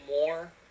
more